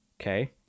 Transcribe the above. Okay